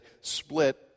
split